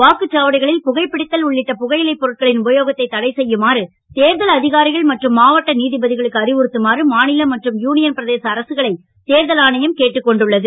வாக்குச்சாவடிகளில் புகைபிடித்தல் உள்ளிட்ட புகையிலைப் பொருட்களின் உபயோகத்தை தடை செய்யும்மாறு தேர்தல் அதிகாரிகள் மற்றும் மாவட்ட நீதிபதிகளுக்கு அறிவுறுத்துமாறு மாநில மற்றும் யுனியன் பிரதேச அரசுகளை தேர்தல் ஆணையம் கேட்டுக் கொண்டுள்ளது